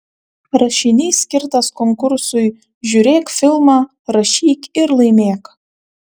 rašinys skirtas konkursui žiūrėk filmą rašyk ir laimėk